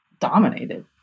dominated